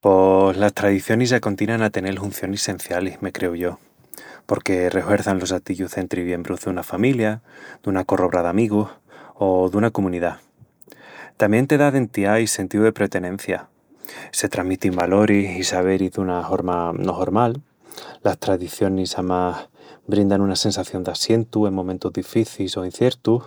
Pos, las tradicionis acontinan a tenel huncionis sencialis, me creu yo... porque rehuerçan los atillus dentri biembrus duna familia, duna corrobra d'amigus o duna comunidá.. Tamién te da dentiá i sentíu de pretenencia. Se tramitin valoris i saberis duna horma no hormal... Las tradicionis, amás, brindan una sensación d'assientu en momentus dificis o inciertus.